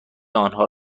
آنها